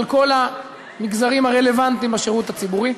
כל המגזרים הרלוונטיים בשירות הציבורי.